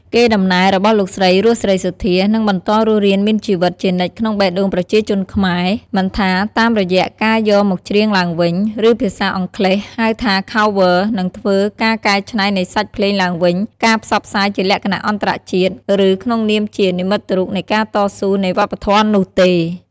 កេរ្តិ៍ដំណែលរបស់លោកស្រី រស់ សេរីសុទ្ធា នឹងបន្តរស់រានមានជីវិតជានិច្ចក្នុងបេះដូងប្រជាជនខ្មែរ មិនថាតាមរយៈការយកមកច្រៀងឡើងវិញ ឬភាសាអង់គ្លេស ហៅថា Cover និងធ្វើ ការកែច្នៃនៃសាច់ភ្លេងឡើងវិញ ការ ផ្សព្វផ្សាយជាលក្ខណៈអន្តរជាតិ ឬក្នុងនាមជា និមិត្តរូបនៃការតស៊ូនៃវប្បធម៌ នោះទេ។